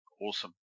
Awesome